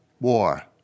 war